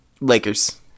lakers